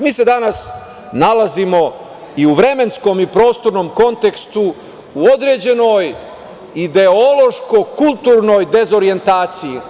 Mi se danas nalazimo, i u vremenskom i prostornom kontekstu, u određenoj ideološko kulturnoj dezorijentaciji.